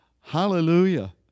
Hallelujah